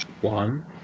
One